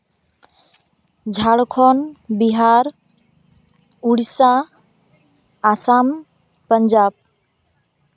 Jharkhand Bihar Odisha Assam Punjab